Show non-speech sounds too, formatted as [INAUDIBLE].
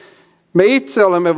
me itse olemme [UNINTELLIGIBLE]